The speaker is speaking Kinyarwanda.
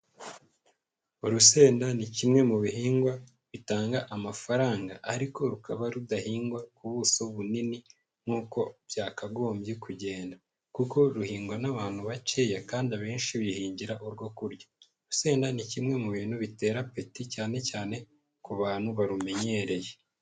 Urusenda ni kimwe mu bihingwa bitanga amafaranga ariko rukaba rudahingwa ku buso bunini nk'uko byakagombye kugenda kuko ruhingwa n'abantu bakeya kandi abenshi bihingira urwo kurya. Urusenda ni kimwe mu bintu bitera appetit cyane cyane ku bantu barumenyereye.